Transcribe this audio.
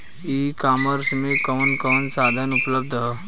ई कॉमर्स में कवन कवन साधन उपलब्ध ह?